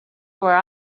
where